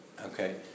Okay